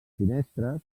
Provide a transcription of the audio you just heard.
finestres